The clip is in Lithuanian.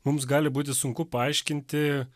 mums gali būti sunku paaiškinti